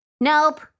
Nope